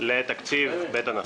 לתקציב בית הנשיא.